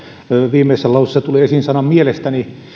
viimeisessä lauseessa tuli esiin sana mielestäni